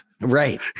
Right